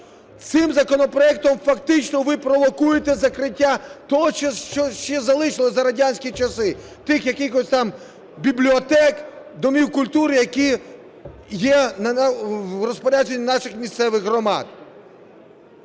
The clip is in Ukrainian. Цим законопроектом фактично ви провокуєте закриття того, що ще залишилося з радянських часів, тих якихось там бібліотек, домів культури, які є в розпорядженні наших місцевих громад.